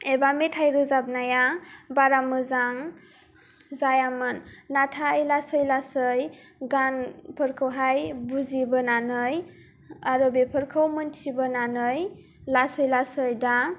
एबा मेथाइ रोजाबनाया बारा मोजां जायामोन नाथाय लासै लासै गानफोरखौहाय बुजिबोनानै आरो बेफोरखौ मोनथिबोनानै लासै लासै दा